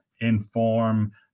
inform